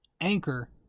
Anchor